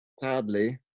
sadly